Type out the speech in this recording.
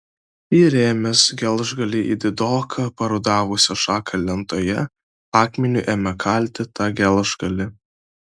įrėmęs gelžgalį į didoką parudavusią šaką lentoje akmeniu ėmė kalti tą gelžgalį